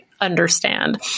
understand